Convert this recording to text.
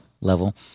level